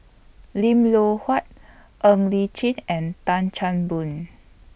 Lim Loh Huat Ng Li Chin and Tan Chan Boon